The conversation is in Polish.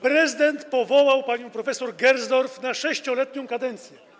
Prezydent powołał panią prof. Gersdorf na 6-letnią kadencję.